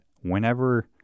whenever